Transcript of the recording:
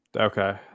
Okay